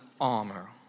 armor